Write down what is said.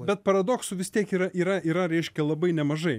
bet paradoksų vis tiek yra yra yra reiškia labai nemažai